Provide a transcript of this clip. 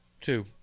Two